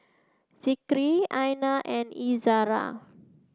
Zikri Aina and Izzara